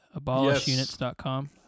AbolishUnits.com